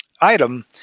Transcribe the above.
item